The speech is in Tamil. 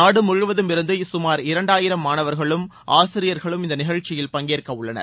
நாடு முழுவதிலுமிருந்து சுமார் இரண்டாயிரம் மாணவர்களும் ஆசிரியர்களும் இந்த நிகழ்ச்சியில் பங்கேற்க உள்ளனர்